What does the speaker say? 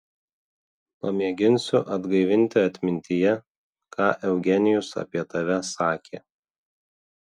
pamėginsiu atgaivinti atmintyje ką eugenijus apie tave sakė